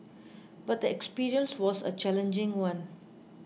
but the experience was a challenging one